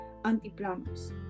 antiplanos